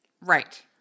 Right